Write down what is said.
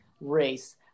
race